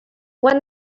when